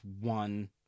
one